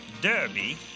Derby